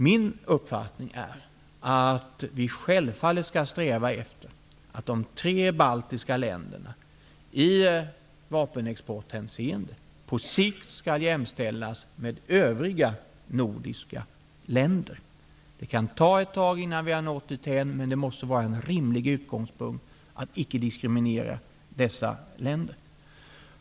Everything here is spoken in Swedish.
Min uppfattning är att vi självfallet skall sträva efter att de tre baltiska länderna i vapenexporthänseende på sikt skall jämställas med övriga nordiska länder. Det kan ta ett tag innan vi har nått dithän, men det måste vara en rimlig utgångspunkt att icke diskriminera dessa länder.